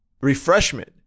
refreshment